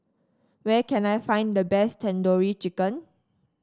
where can I find the best Tandoori Chicken